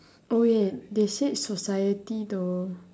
oh wait they said society though